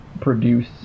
produce